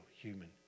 human